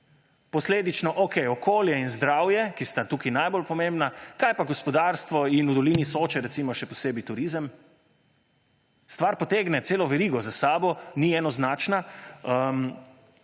Posledično, okej, okolje in zdravje, ki sta tukaj najbolj pomembna. Kaj pa gospodarstvo in v dolini Soče recimo še posebej turizem? Stvar potegne celo verigo za sabo, ni enoznačna.